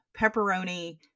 pepperoni